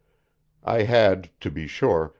i had, to be sure,